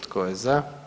Tko je za?